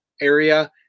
area